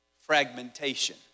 fragmentation